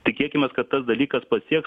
tikėkimės kad tas dalykas pasieks